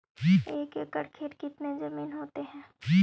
एक एकड़ खेत कितनी जमीन होते हैं?